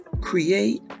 create